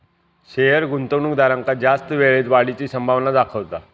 share गुंतवणूकदारांका जास्त वेळेत वाढीची संभावना दाखवता